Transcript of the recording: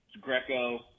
Greco